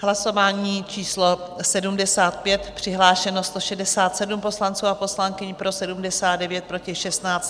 Hlasování číslo 75, přihlášeno 167 poslanců a poslankyň, pro 79, proti 16.